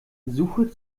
suche